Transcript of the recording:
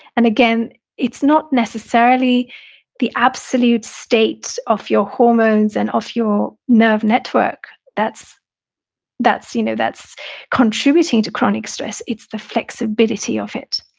and again, it's not necessarily the absolute state of your hormones and of your nerve network that's that's you know that's contributing to chronic stress, it's the flexibility of it.